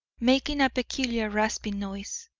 making a peculiar rasping noise,